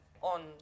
on